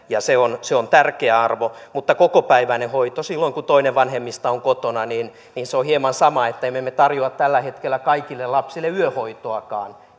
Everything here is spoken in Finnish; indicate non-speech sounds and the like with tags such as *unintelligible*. ja se on se on tärkeä arvo mutta kokopäiväinen hoito silloin kun toinen vanhemmista on kotona on hieman sama kuin se ettemme tarjoa tällä hetkellä kaikille lapsille yöhoitoakaan *unintelligible*